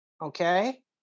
okay